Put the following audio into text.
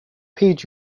page